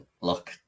look